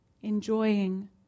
enjoying